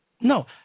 No